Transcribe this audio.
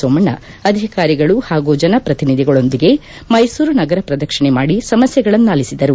ಸೋಮಣ್ಣ ಅಧಿಕಾರಿಗಳು ಹಾಗೂ ಜನಪ್ರತಿನಿಧಿಗಳೊಂದಿಗೆ ಮೈಸೂರು ನಗರ ಪ್ರದಕ್ಷಣೆ ಮಾಡಿ ಸಮಸ್ಥೆಗಳನ್ನಾಲಿಸಿದರು